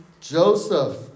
Joseph